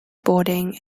boarding